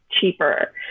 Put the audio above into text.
cheaper